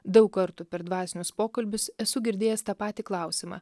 daug kartų per dvasinius pokalbius esu girdėjęs tą patį klausimą